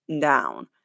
down